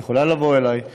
את יכולה לבוא אליי,